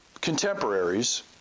contemporaries